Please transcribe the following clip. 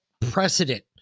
precedent